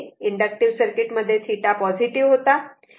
inductive circuit मध्ये हे θ positive होता